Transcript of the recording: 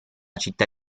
città